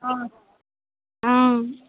অঁ